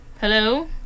Hello